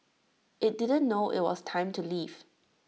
IT didn't know IT was time to leave